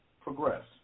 progress